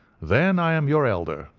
then i am your elder,